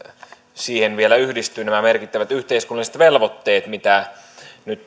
siihen vielä yhdistyy nämä merkittävät yhteiskunnalliset velvoitteet mitä nyt